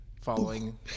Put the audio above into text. following